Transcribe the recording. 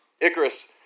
Icarus